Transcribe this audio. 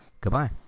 Goodbye